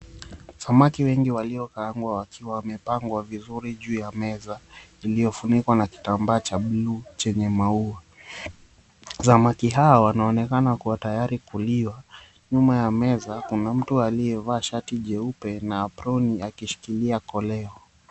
Samaki wengi waliokaangwa wakiwa wamepangwa vizuri juu ya meza iliyofunikwa na kitambaa cha buluu chenye maua. Samaki hawa wanaonekana kuwa tayari kuliwa. Nyuma ya meza kuna mtu alivaa shati jeupe na aproni akishikilia koleo.